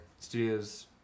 studios